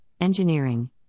engineering